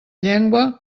llengua